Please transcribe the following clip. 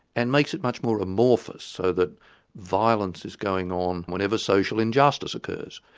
and makes it much more amorphous so that violence is going on whenever social injustice occurs.